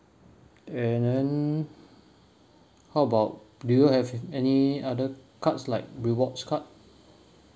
and then how about do you have any other cards like rewards card